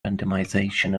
randomization